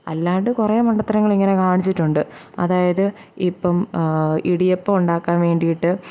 അല്ലാണ്ട് കുറെ മണ്ടത്തരങ്ങൾ ഇങ്ങനെ കാണിച്ചിട്ടുണ്ട് അതായത് ഇപ്പം ഇടിയപ്പം ഉണ്ടാക്കാൻ വേണ്ടിയിട്ട്